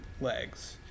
legs